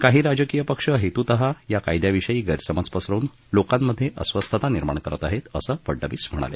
काही राजकीय पक्ष हेतुतः या काययाविषयी गैरसमज पसरवून लोकांमध्ये अस्वस्थता निर्माण करत आहेत असं फडनवीस म्हणाले